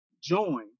join